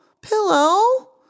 Pillow